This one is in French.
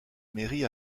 mairie